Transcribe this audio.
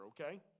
okay